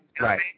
Right